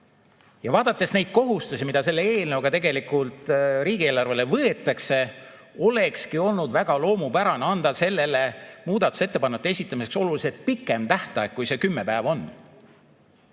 Ja vaadates neid kohustusi, mida selle eelnõuga riigieelarvele võetakse, olekski olnud väga loomupärane anda muudatusettepanekute esitamiseks oluliselt pikem tähtaeg kui see kümme päeva.